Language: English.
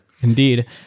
Indeed